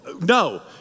no